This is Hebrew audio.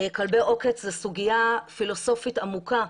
כלבי עוקץ זו סוגיה פילוסופית עמוקה.